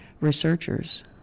researchers